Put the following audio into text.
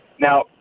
Now